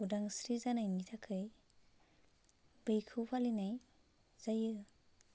उदांस्रि जानायनि थाखाय बेखौ बानाय जायो